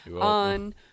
on